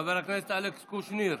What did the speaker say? חבר הכנסת אלכס קושניר,